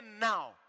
now